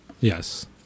yes